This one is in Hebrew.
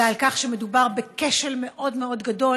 ועל כך שמדובר בכשל מאוד מאוד גדול